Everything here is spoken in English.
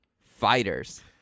fighters